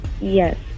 Yes